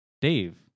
Dave